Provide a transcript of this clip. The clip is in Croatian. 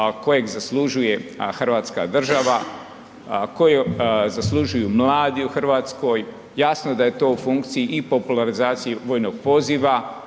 kojeg zaslužuje Hrvatska država, koju zaslužuju mladi u Hrvatskoj. Jasno je da je to u funkciji i popularizaciji vojnog poziva,